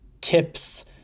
tips